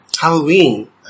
Halloween